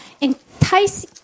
entice